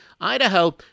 Idaho